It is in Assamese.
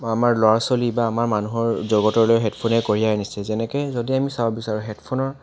আমাৰ ল'ৰা ছোৱালী বা আমাৰ মানুহৰ জগতলৈ হেডফোনে কঢ়িয়াই আনিছে যেনেকৈ যদি আমি চাব বিচাৰোঁ হেডফোনৰ